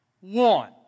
one